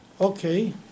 Okay